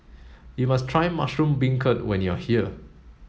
you must try mushroom beancurd when you are here